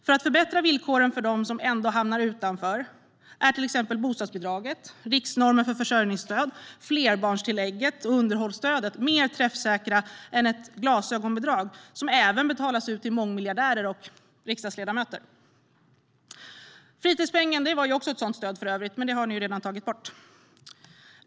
För att förbättra villkoren för dem som ändå hamnar utanför är till exempel bostadsbidraget, riksnormen för försörjningsstöd, flerbarnstillägget och underhållsstödet mer träffsäkra stöd än ett glasögonbidrag som även betalas ut till mångmiljardärer och riksdagsledamöter. Fritidspengen var för övrigt också ett sådant stöd, men det har ni redan tagit bort.